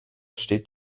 steht